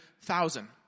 thousand